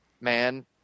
man